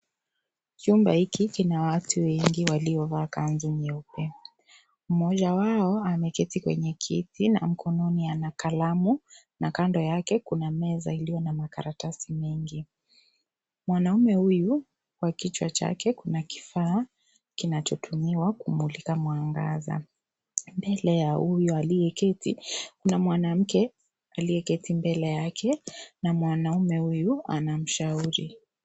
Chumba hiki kina watu wengi waliovaa kanzu nyeupe, mmoja wao ameketi kwenye kiti na mkononi ana kalamu na kando yake kuna meza iliyo na makaratasi mengi. Mwanaume huyu kwa kichwa chake kuna kifaa kinachotumiwa kumulika mwangaza. Mbele ya huyu aliyeketi, kuna mwanamke aliyeketi mbele yake na mwanamume huyu anamshauri.